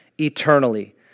eternally